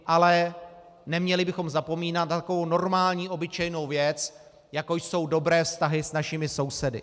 Ale neměli bychom zapomínat na takovou normální obyčejnou věc, jako jsou dobré vztahy s našimi sousedy.